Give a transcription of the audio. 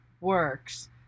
works